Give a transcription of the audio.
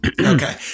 Okay